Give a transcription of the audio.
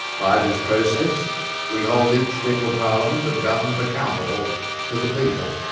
by this process we hold each federal parliament and government accountable to the people.